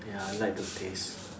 ya I like the taste